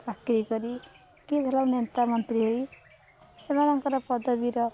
ଚାକିରି କରି କିଏ ଧର ନେତା ମନ୍ତ୍ରୀ ହୋଇ ସେମାନଙ୍କର ପଦବୀର